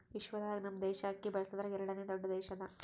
ವಿಶ್ವದಾಗ್ ನಮ್ ದೇಶ ಅಕ್ಕಿ ಬೆಳಸದ್ರಾಗ್ ಎರಡನೇ ದೊಡ್ಡ ದೇಶ ಅದಾ